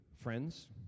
friends